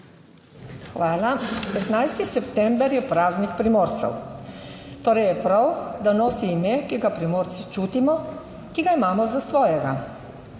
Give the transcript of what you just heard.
Hvala. 15. september je praznik Primorcev, torej je prav, da nosi ime, ki ga Primorci čutimo, ki ga imamo za svojega.